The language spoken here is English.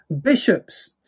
bishops